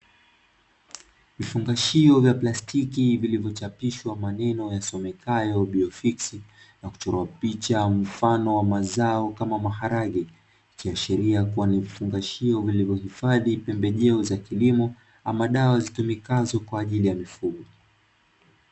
Vifungashio vya plastiki vilivyochapishwa maneno yasomekayo "BIOFIX" na kuchorwa picha ya mfano wa mazao kama maharage, ikiashiria kuwa ni vifungashio vilivyohifadhi pembejeo za kilimo ama dawa zitumikazo kwa ajili ya mifugo.